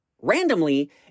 randomly